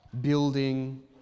building